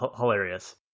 hilarious